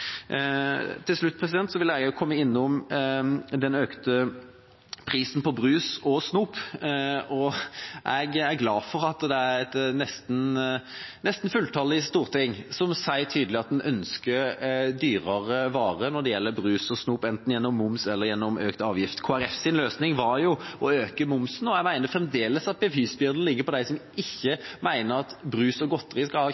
Til slutt vil jeg komme inn på den økte prisen på brus og snop. Jeg er glad for at det er et nesten fulltallig storting som sier tydelig at en ønsker dyrere varer når det gjelder brus og snop, enten gjennom moms eller gjennom økt avgift. Kristelig Folkepartis løsning var å øke momsen, og jeg mener fremdeles at bevisbyrden ligger på dem som ikke mener at brus og godteri skal